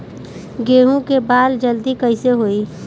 गेहूँ के बाल जल्दी कईसे होई?